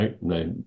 right